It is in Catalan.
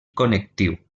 connectiu